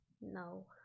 No